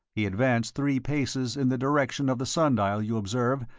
he advanced three paces in the direction of the sun-dial, you observe,